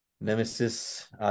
nemesis